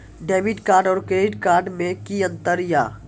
Debit card और credit card मे कि अंतर या?